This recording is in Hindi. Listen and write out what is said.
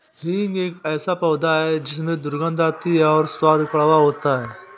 हींग एक ऐसा पौधा है जिसमें दुर्गंध आती है और स्वाद कड़वा होता है